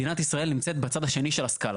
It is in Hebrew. מדינת ישראל נמצאת בצד השני של הסקלה.